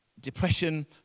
Depression